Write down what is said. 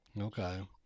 okay